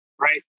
right